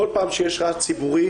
כל פעם שיש רעש ציבורי,